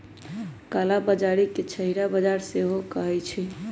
कला बजारी के छहिरा बजार सेहो कहइ छइ